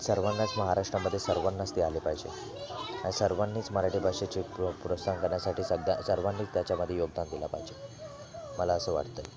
सर्वांनाच महाराष्ट्रामध्ये सर्वांनाच ते आले पाहिजे सर्वांनीच मराठी भाषेचे पुढ पुढं सांगण्यासाठी सध्या सर्वांनी त्याच्यामध्ये योगदान दिला पाहिजे मला असं वाटतं